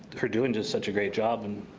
for doing just such a great job and,